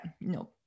no